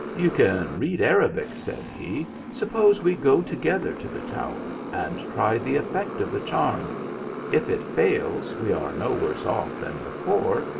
you can read arabic, said he, suppose we go together to the tower and try the effect of the charm if it fails we are no worse off than before,